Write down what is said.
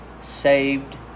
saved